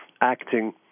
acting